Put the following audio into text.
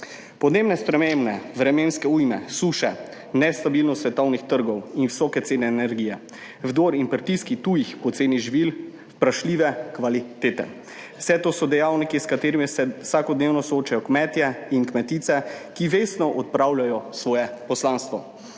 Podnebne spremembe, vremenske ujme, suše, nestabilnost svetovnih trgov in visoke cene energije, vdor in pritiski tujih poceni živil vprašljive kvalitete, vse to so dejavniki, s katerimi se vsakodnevno soočajo kmetje in kmetice, ki vestno opravljajo svoje poslanstvo.